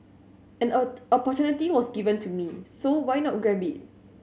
an a opportunity was given to me so why not grab it